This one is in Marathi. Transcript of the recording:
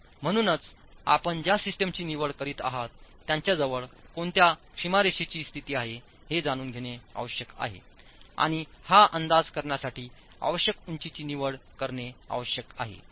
म्हणूनच आपण ज्या सिस्टमची निवड करीत आहात त्याच्या जवळ कोणत्या सीमारेषाची स्थिती आहे हे जाणून घेणे आवश्यक आहे आणि हा अंदाज करण्यासाठी आवश्यक उंचीची निवड करणे आवश्यक आहे